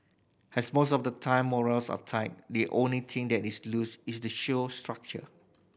as most of the time morals are tight the only thing that is loose is the show's structure